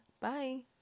bye